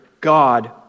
God